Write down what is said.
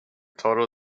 total